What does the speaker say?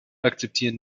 akzeptieren